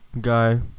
guy